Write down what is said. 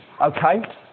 Okay